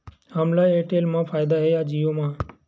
हमला एयरटेल मा फ़ायदा हे या जिओ मा?